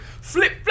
Flip